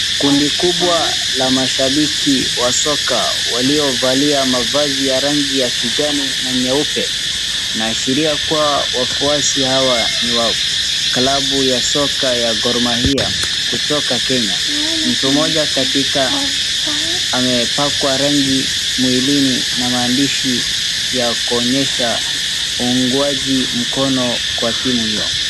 Kundi kubwa la mashabiki wa soka waliovalia mavazi ya rangi ya kijani na nyeupe, inaashiria kuwa wafuasi hawa ni wa klabu ya soka ya Gor Mahia kutoka Kenya. Mtu mmoja katika amepakwa rangi mwilini na maandishi ya kuonyesha uungwaji mkono kwa timu hiyo.